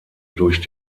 durch